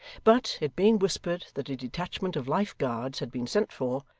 but, it being whispered that a detachment of life guards had been sent for,